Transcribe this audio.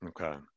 Okay